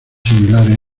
similares